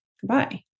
goodbye